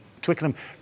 Twickenham